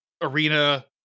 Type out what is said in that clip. arena